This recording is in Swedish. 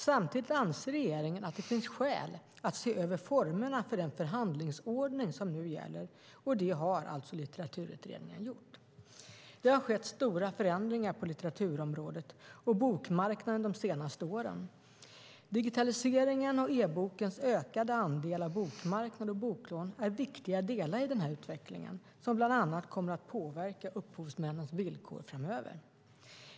Samtidigt anser regeringen att det finns skäl att se över formerna för den förhandlingsordning som nu gäller, och det har alltså Litteraturutredningen gjort. Det har skett stora förändringar på litteraturområdet och bokmarknaden de senaste åren. Digitaliseringen och e-bokens ökade andel av bokmarknaden och boklånen är viktiga delar i denna utveckling, som bland annat kommer att påverka upphovsmännens villkor framöver.